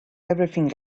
everything